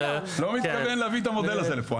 אני לא מתכוון להביא את המודל הזה לפה.